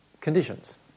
conditions